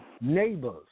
neighbors